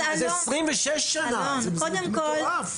זה 26 שנה, זה פשוט מטורף.